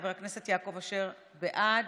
חבר הכנסת יעקב אשר, בעד.